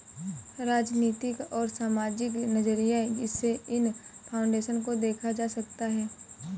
राजनीतिक और सामाजिक नज़रिये से इन फाउन्डेशन को देखा जा सकता है